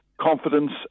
confidence